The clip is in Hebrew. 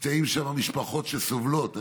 נמצאות שם משפחות שסובלות.